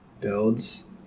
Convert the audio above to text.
builds